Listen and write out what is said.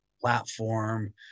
platform